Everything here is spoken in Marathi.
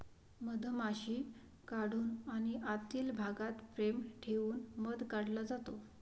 मधमाशी काढून आणि आतील भागात फ्रेम ठेवून मध काढला जातो